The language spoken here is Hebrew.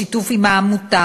בשיתוף עם העמותה,